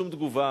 שום תגובה,